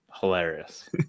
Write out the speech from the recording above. Hilarious